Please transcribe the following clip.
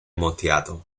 moteado